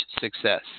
success